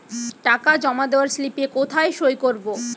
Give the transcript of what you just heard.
টাকা জমা দেওয়ার স্লিপে কোথায় সই করব?